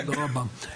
תודה רבה.